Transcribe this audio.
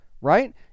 right